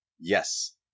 yes